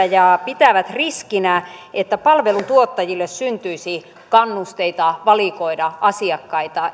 ja pitävät riskinä että palveluntuottajille syntyisi kannusteita valikoida asiakkaita